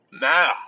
Now